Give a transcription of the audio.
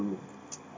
to